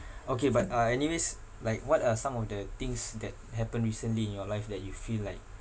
okay but uh anyways like what are some of the things that happened recently in your life that you feel like